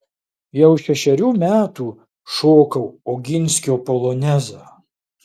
jau šešerių metų šokau oginskio polonezą